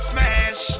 Smash